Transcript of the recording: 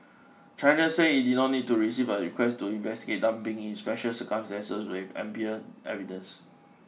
China said it did not need to receive a request to investigate dumping in special circumstances with ample evidence